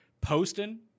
Poston